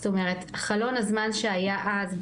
זאת אומרת חלון הזמן שהיה אז,